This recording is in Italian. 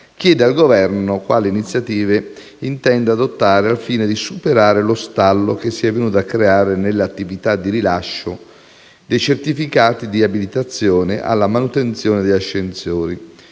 chiede al Governo quali iniziative intenda adottare al fine di superare lo stallo che si è venuto a creare nelle attività di rilascio dei certificati di abilitazione alla manutenzione degli ascensori,